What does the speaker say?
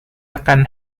akan